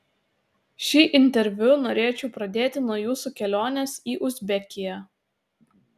šį interviu norėčiau pradėti nuo jūsų kelionės į uzbekiją